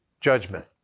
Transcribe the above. judgment